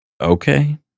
okay